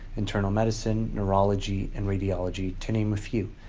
internal medicine, neurology, and radiology, to name a few.